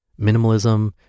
minimalism